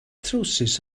trywsus